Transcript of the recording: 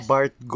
Bart